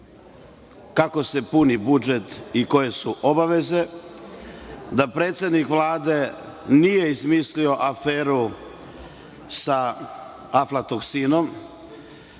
kako se puni budžet i koje su obaveze, da predsednik Vlade nije izmislio aferu sa aflatoksinom,